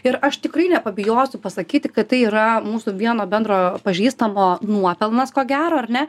ir aš tikrai nepabijosiu pasakyti kad tai yra mūsų vieno bendro pažįstamo nuopelnas ko gero ar ne